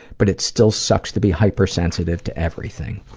but it still sucks to be hypersensitive to everything.